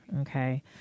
Okay